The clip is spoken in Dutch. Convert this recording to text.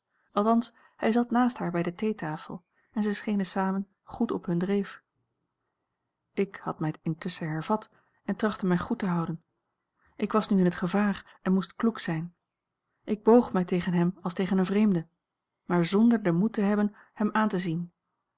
althans hij zat naast haar bij de theetafel en zij schenen samen goed op hun dreef ik had mij intusschen hervat en trachtte mij goed te houden ik was nu in het gevaar en moest kloek zijn ik boog mij tegen hem als tegen een vreemde maar zonder den moed te hebben hem aan te zien